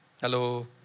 Hello